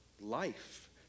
life